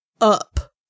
up